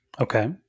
Okay